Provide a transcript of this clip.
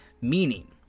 Meaning